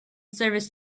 service